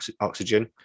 oxygen